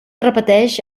repeteix